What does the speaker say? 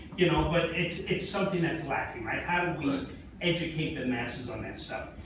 you know, but it's it's something that's lacking, right? how do we educate the masses on that stuff?